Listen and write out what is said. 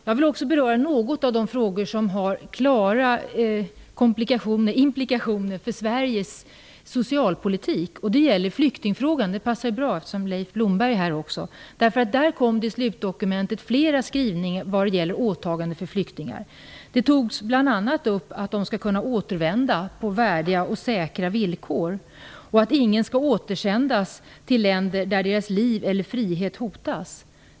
Jag vill också något beröra en fråga som har klara implikationer för Sveriges socialpolitik, nämligen flyktingfrågan. Det passar bra, eftersom också Leif Blomberg är närvarande här. I slutdokumentet gjordes flera skrivningar om åtaganden för flyktingar. Bl.a. skrevs in att de skall kunna återvända på säkra och värdiga villkor och att ingen skall behöva återvända till länder där deras liv eller frihet hotas.